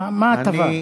מה ההטבה?